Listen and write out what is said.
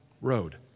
road